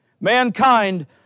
Mankind